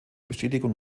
bestätigung